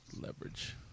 Leverage